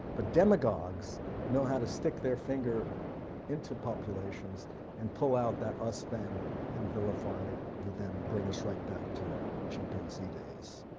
but demagogues know how to stick their finger into populations and pull out that us them and vilify the them and bring us right back to chimpanzee days.